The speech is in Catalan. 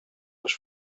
les